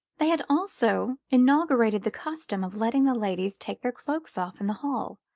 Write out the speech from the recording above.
they had also inaugurated the custom of letting the ladies take their cloaks off in the hall,